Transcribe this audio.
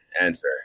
Answer